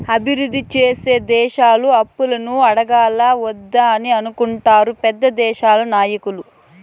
అభివృద్ధి సెందే దేశాలు అప్పులను అడగాలా వద్దా అని అనుకుంటారు పెద్ద దేశాల నాయకులు